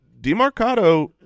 DeMarcado